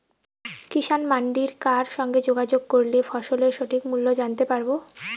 কিষান মান্ডির কার সঙ্গে যোগাযোগ করলে ফসলের সঠিক মূল্য জানতে পারবো?